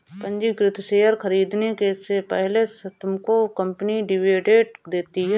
पंजीकृत शेयर खरीदने से पहले तुमको कंपनी डिविडेंड देती है